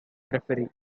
referee